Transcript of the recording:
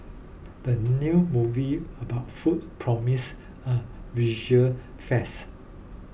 the new movie about food promise a visual feast